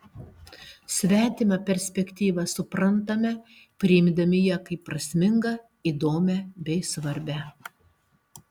svetimą perspektyvą suprantame priimdami ją kaip prasmingą įdomią bei svarbią